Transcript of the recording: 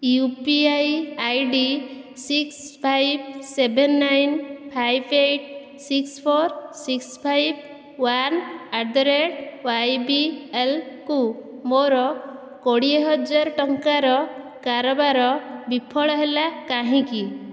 you P I I D six five seven nine five eight six four six five one at the rate ୱାଇବିଏଲ୍କୁ ମୋର କୋଡ଼ିଏ ହଜାର ଟଙ୍କାର କାରବାର ବିଫଳ ହେଲା କାହିଁକି